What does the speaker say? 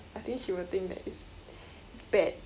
I think she will think that it's it's bad